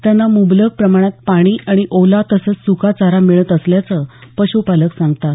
त्यांना मुंबलक प्रमाणात पाणी आणि ओला तसंच सुका चारा मिळत असल्याचं पशुपालक सांगतात